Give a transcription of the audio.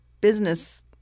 business